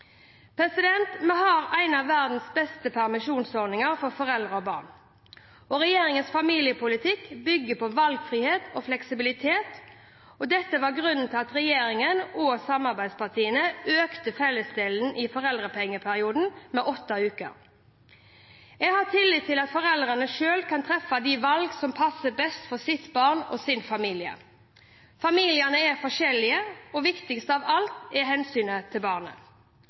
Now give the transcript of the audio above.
Vi har en av verdens beste permisjonsordninger for foreldre og barn. Regjeringens familiepolitikk bygger på valgfrihet og fleksibilitet, og dette var grunnen til at regjeringen og samarbeidspartiene økte fellesdelen i foreldrepengeperioden med åtte uker. Jeg har tillit til at foreldrene selv kan treffe de valg som passer best for sitt barn og sin familie. Familiene er forskjellige, og viktigst av alt er hensynet til barnet.